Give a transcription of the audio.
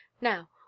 now